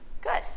Good